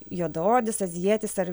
juodaodis azijietis ar